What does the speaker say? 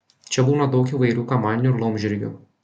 čia būna daug įvairių kamanių ir laumžirgių